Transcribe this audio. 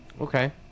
okay